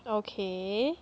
okay